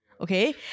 okay